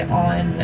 on